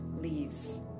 leaves